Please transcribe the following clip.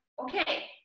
okay